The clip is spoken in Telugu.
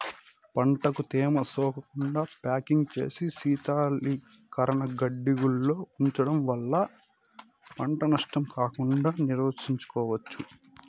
పంటకు తేమ సోకకుండా ప్యాకింగ్ చేసి శీతలీకరణ గిడ్డంగులలో ఉంచడం వల్ల పంట నష్టం కాకుండా నివారించుకోవచ్చు